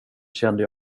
kände